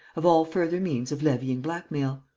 of all further means of levying blackmail.